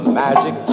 magic